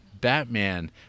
Batman